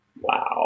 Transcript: Wow